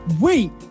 wait